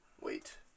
wait